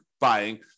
buying